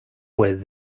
with